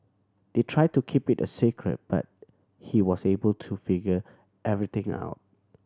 they tried to keep it a secret but he was able to figure everything out